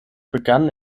begann